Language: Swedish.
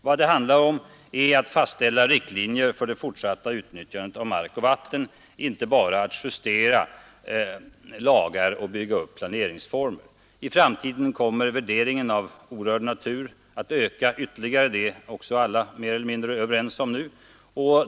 Vad det handlar om är att fastställa riktlinjer för det fortsatta utnyttjandet av mark och vatten, inte bara att justera lagar och bygga upp planeringsformer. I framtiden kommer värderingen av orörd natur att öka ytterligare. Det är också alla mer eller mindre överens om nu.